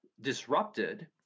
disrupted